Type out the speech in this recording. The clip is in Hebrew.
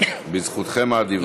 בזכותכם האדיבה.